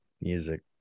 music